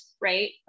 right